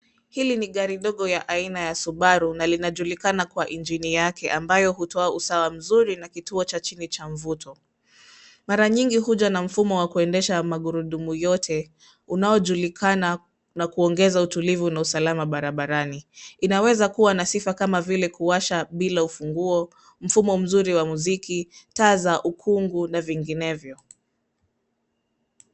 Hili ni gari dogo ya aina ya Subaru na linajulikana kwa injini yake ambayo hutoa usawa mzuri na kituo cha chini cha mvuto. Mara nyingi hujaa na mfumo wa kuendesha ya magurudumu yote unaojulikana na kuongeza utulivu wake na usalama barabarani. Inaweza kuwa an sifa kama vile kuwasha bila ufunguo, mfumo mzuri wa mziki, taa za ukungu na vinginevyo.